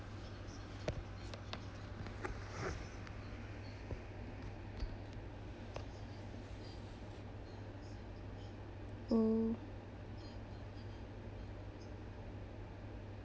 [oh